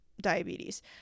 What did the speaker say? diabetes